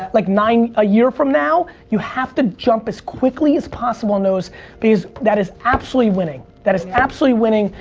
like nine, a year from now, you have to jump as quickly as possible on those because that is absolutely winning. that is absolutely winning.